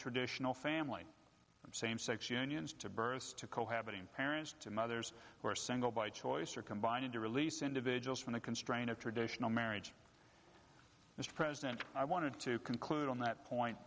traditional family from same sex unions to births to cohabiting parents to mothers who are single by choice or combining to release individuals from the constraint of traditional marriage as president i wanted to conclude on that point